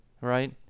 right